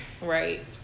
Right